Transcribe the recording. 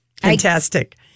Fantastic